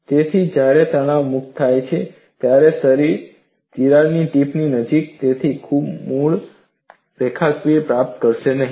તેથી જ્યારે તણાવ મુક્ત થાય છે ત્યારે શરીર તિરાડ ટીપની નજીક તેની મૂળ રૂપરેખાંકન પ્રાપ્ત કરશે નહીં